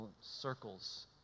circles